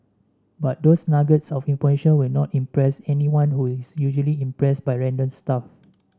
but those nuggets of information will not impress anyone who is usually impressed by random stuff